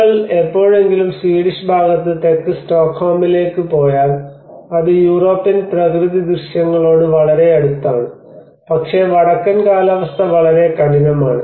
നിങ്ങൾ എപ്പോഴെങ്കിലും സ്വീഡിഷ് ഭാഗത്ത് തെക്ക് സ്റ്റോക്ക്ഹോമിലേക്ക് പോയാൽ അത് യൂറോപ്യൻ പ്രകൃതിദൃശ്യങ്ങളോട് വളരെ അടുത്താണ് പക്ഷേ വടക്കൻ കാലാവസ്ഥ വളരെ കഠിനമാണ്